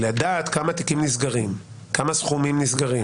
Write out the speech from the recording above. לדעת כמה תיקים נסגרים, כמה סכומים נסגרים.